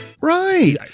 Right